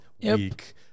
week